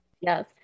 Yes